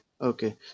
Okay